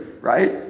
right